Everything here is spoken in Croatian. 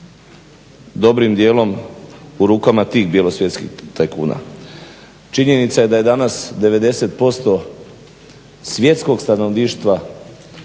dobrim djelom u rukama tih svjetskih tajkuna. Činjenica je da je danas 90% svjetskog stanovništva